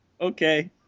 okay